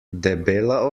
debela